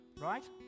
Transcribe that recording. right